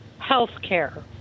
healthcare